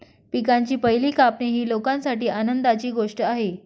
पिकांची पहिली कापणी ही लोकांसाठी आनंदाची गोष्ट आहे